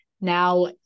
Now